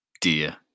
dear